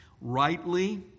rightly